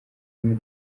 rurimi